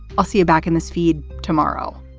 i'll see you back in this feed tomorrow